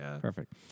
perfect